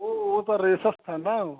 वह वह थोड़ा रेसस था ना